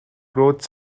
growth